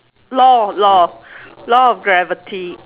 law law law of gravity